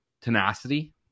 tenacity